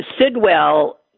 Sidwell